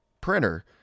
printer